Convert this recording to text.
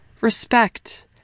Respect